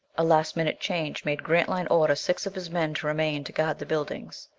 a last minute change made grantline order six of his men to remain to guard the buildings.